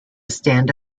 stand